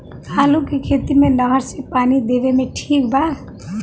आलू के खेती मे नहर से पानी देवे मे ठीक बा?